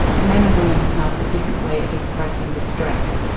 men and women have a different way of expressing distress,